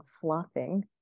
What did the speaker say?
flopping